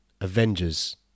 Avengers